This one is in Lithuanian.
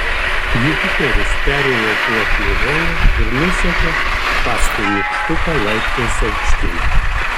jupiteris perėjo puošnų holą ir nusekė paskui nykštuką laiptais aukštyn